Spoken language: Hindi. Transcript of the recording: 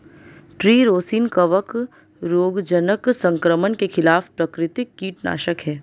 ट्री रोसिन कवक रोगजनक संक्रमण के खिलाफ प्राकृतिक कीटनाशक है